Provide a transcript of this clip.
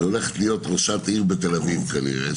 שהולכת להיות ראשת עיר בתל אביב כנראה,